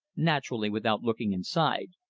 naturally without looking inside,